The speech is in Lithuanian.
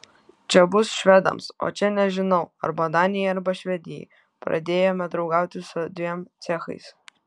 čia bus švedams o čia nežinau arba danijai arba švedijai pradėjome draugauti su dviem cechais